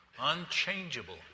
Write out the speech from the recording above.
unchangeable